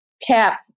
tap